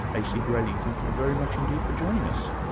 a. c. grayling, thank you very much indeed for joining us.